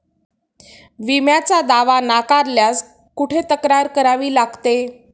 विम्याचा दावा नाकारल्यास कुठे तक्रार करावी लागते?